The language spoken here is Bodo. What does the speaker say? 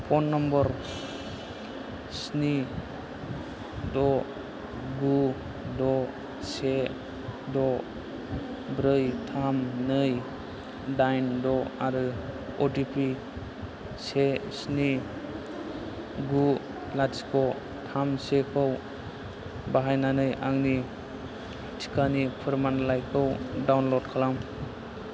फन नम्बर स्नि द' गु द' से द' ब्रै थाम नै दाइन द' आरो अटिपि से स्नि गु लाथिख' थाम से खौ बाहायनानै आंनि टिकानि फोरमानलाइखौ डाउनलड खालाम